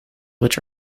which